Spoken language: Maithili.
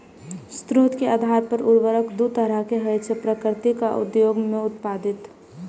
स्रोत के आधार पर उर्वरक दू तरहक होइ छै, प्राकृतिक आ उद्योग मे उत्पादित